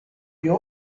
you